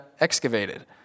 excavated